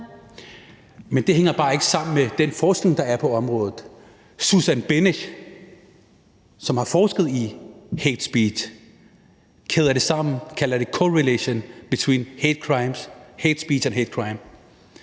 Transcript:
Det hænger bare ikke sammen med, hvad den forskning, der er på området, viser. Susan Benesch, som har forsket i hatespeech, kæder det sammen og kalder det: correlation between hatespeech and hatecrime.